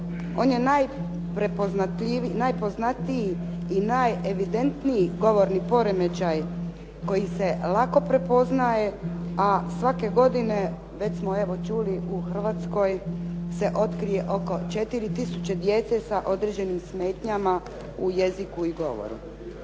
On je najpoznatiji i najevidentniji govorni poremećaj koji se lako prepoznaje, a svake godine već smo evo čuli u Hrvatskoj se otkrije oko 4 tisuće djece sa određenim smetnjama u jeziku i govoru.